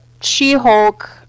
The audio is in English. She-Hulk